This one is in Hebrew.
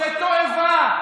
--- זו תועבה.